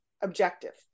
objective